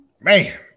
Man